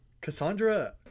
Cassandra